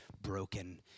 broken